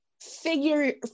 figure